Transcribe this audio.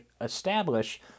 establish